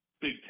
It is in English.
Big